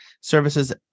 services